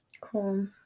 Cool